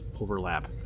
overlap